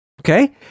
Okay